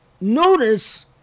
notice